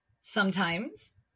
Sometimes